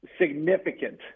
significant